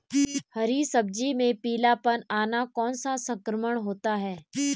हरी सब्जी में पीलापन आना कौन सा संक्रमण होता है?